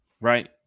right